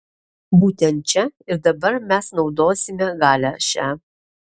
būtent čia ir dabar mes naudosime galią šią